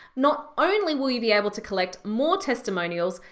not only will you be able to collect more testimonials,